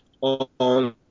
on